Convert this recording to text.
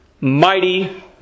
mighty